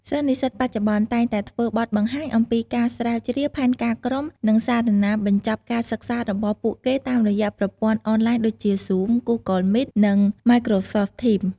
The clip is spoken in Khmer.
សិស្សនិស្សិតបច្ចុប្បន្នតែងតែធ្វើបទបង្ហាញអំំពីការស្រាវជ្រាវ ផែនការក្រុម និង សារាណាបញ្ចប់ការសិក្សារបស់ពួកគេតាមរយៈប្រព័ន្ធអនឡាញដូចជា Zoom Google Meet ឬ Microsoft Teams។